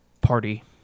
party